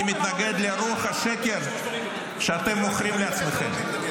אני מתנגד לרוח השקר שאתם מוכרים לעצמכם.